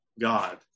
God